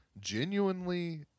genuinely